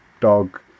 dog